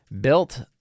built